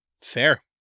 fair